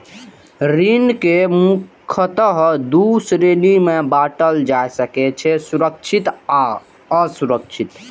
ऋण कें मुख्यतः दू श्रेणी मे बांटल जा सकै छै, सुरक्षित आ असुरक्षित